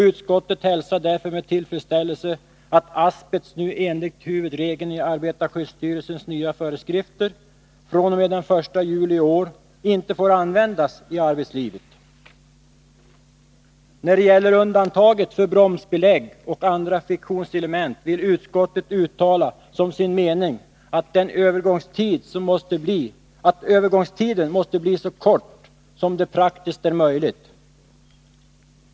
Utskottet hälsar därför med tillfredsställelse att asbest nu, enligt huvudregeln i arbetarskyddsstyrelsens nya föreskrifter, fr.o.m. den 1 juli i år inte får användas i arbetslivet. När det gäller undantaget för bromsbelägg och andra friktionselement vill utskottet uttala som sin mening att övergångstiden måste bli så kort som praktiskt är möjligt.